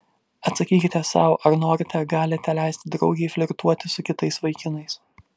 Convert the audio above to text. atsakykite sau ar norite galite leisti draugei flirtuoti su kitais vaikinais